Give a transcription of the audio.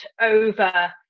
over